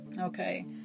Okay